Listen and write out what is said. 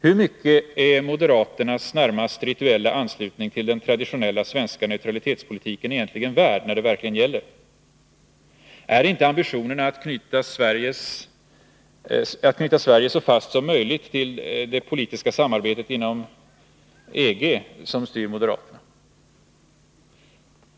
Hur mycket är moderaternas närmast rituella anslutning till den traditionella svenska neutralitetspolitiken egentligen värd när det verkligen gäller? Är det inte ambitionerna att knyta Sverige så fast som möjligt till det politiska samarbetet inom EG som styr moderaterna?